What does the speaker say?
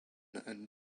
and